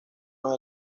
los